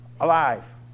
Alive